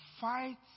fight